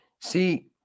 See